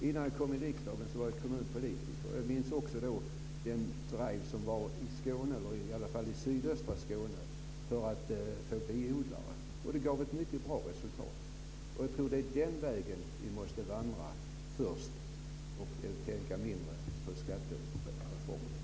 Innan jag kom in i riksdagen var jag kommunpolitiker. Jag minns den drive som var i Skåne, i alla fall i sydöstra Skåne, för att få biodlare. Det gav ett mycket bra resultat. Jag tror att det är den vägen vi måste vandra först och tänka mindre på skattereformer.